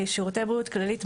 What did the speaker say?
בשירותי בריאות כללית,